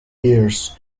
years